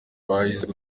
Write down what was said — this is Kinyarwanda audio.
bahize